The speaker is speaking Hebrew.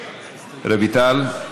רויטל?